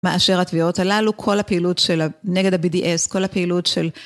מאשר התביעות הללו כל הפעילות של נגד ה-BDS כל הפעילות של